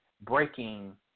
breaking